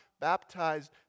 baptized